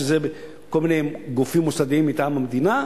שזה כל מיני גופים מוסדיים מטעם המדינה,